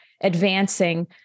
advancing